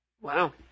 Wow